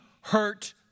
hurt